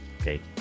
okay